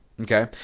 Okay